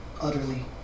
utterly